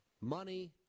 money